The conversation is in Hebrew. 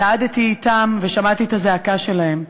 צעדתי אתם ושמעתי את הזעקה שלהם.